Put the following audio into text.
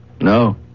No